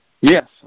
Yes